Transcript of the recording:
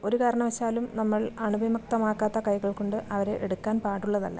ഒരു കാരണവശാലും നമ്മൾ അണുവിമുക്തമാക്കാത്ത കൈകൾ കൊണ്ട് അവരെ എടുക്കാൻ പാടുള്ളതല്ല